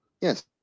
Yes